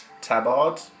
tabard